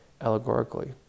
allegorically